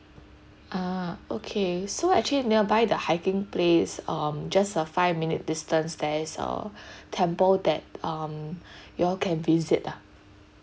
uh okay so actually nearby the hiking place um just a five minute distance there is a temple that um you all can visit lah